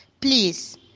Please